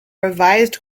revised